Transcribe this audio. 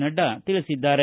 ನಡ್ಡಾ ತಿಳಿಸಿದ್ದಾರೆ